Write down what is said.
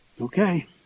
Okay